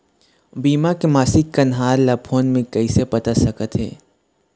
बीमा के मासिक कन्हार ला फ़ोन मे कइसे पता सकत ह?